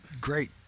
great